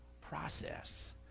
process